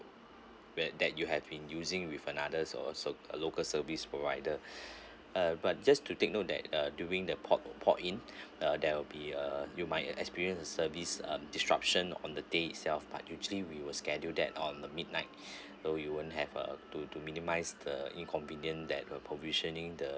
where that you have been using with another also local service provider uh but just to take note that uh during the port port in uh there will be uh you might experience service um disruption on the day itself but usually we were scheduled that on the midnight so you won't have uh to to minimise the inconvenient that were provisioning the